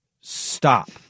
Stop